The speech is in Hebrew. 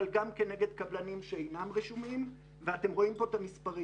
אבל גם כנגד קבלנים שאינם רשומים ואתם רואים פה את המספרים.